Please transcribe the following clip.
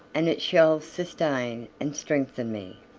and it shall sustain and strengthen me.